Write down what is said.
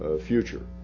future